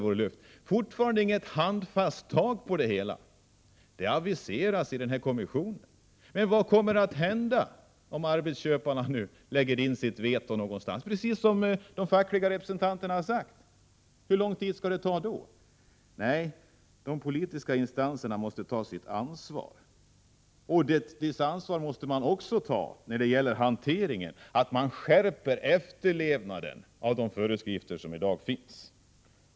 Man tar fortfarande inget handfast grepp över hela verksamheten. Ett sådant aviseras från kommissionen, men vad händer om arbetsköparna lägger in sitt veto, som de fackliga representanterna blivit utsatta för? Hur lång tid skall det då dröja? Nej, det politiska instanserna måste ta sitt ansvar, också beträffande hanteringen. Man måste skärpa kraven på efterlevnaden av de regler som nu gäller.